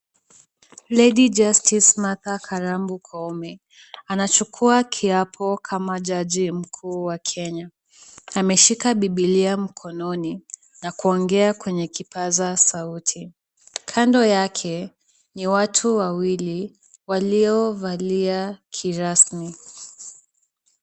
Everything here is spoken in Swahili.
Lady Justice Martha Karambu Koome. Anachukua kiapo kama jaji mkuu wa Kenya. Ameshika bibilia mkononi na kuongea kwenye kipaza sauti. Kando yake ni watu wawili waliovalia kirasmi.